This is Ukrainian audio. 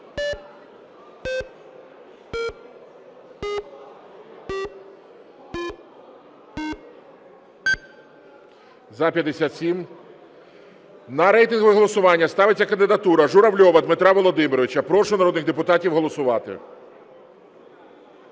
За-57 На рейтингове голосування ставиться кандидатура Журавльова Дмитра Володимировича. Прошу народних депутатів голосувати.